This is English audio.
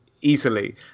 easily